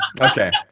okay